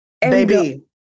Baby